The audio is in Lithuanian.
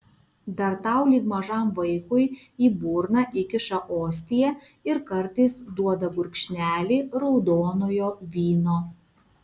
dar tau lyg mažam vaikui į burną įkiša ostiją ir kartais duoda gurkšnelį raudonojo vyno